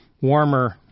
warmer